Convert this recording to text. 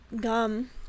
gum